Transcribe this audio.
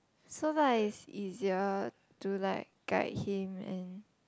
so like is easier to like guide him and